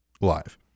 live